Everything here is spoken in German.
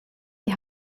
die